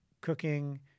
cooking –